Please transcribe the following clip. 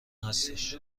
هستش